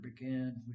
began